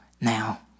now